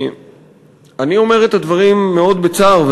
אני אומר את הדברים מאוד בצער,